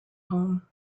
home